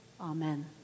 Amen